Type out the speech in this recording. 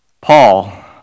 Paul